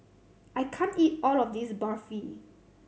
I can't eat all of this Barfi